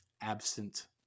absent